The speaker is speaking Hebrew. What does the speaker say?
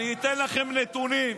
אני אתן לכם נתונים.